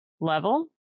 level